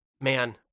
man